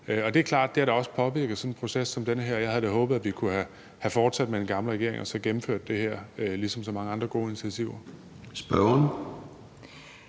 Det er klart, at det også har påvirket sådan en proces som den her. Jeg havde da håbet, at vi kunne have fortsat med den gamle regering og så gennemført det her ligesom så mange andre gode initiativer. Kl.